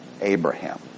Abraham